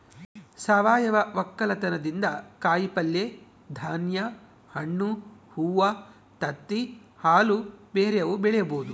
ಸಾವಯವ ವಕ್ಕಲತನದಿಂದ ಕಾಯಿಪಲ್ಯೆ, ಧಾನ್ಯ, ಹಣ್ಣು, ಹೂವ್ವ, ತತ್ತಿ, ಹಾಲು ಬ್ಯೆರೆವು ಬೆಳಿಬೊದು